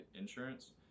insurance